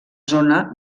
zona